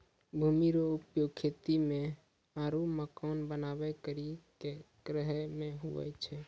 भूमि रो उपयोग खेती मे आरु मकान बनाय करि के रहै मे हुवै छै